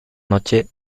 noche